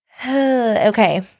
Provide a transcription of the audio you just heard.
Okay